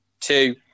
two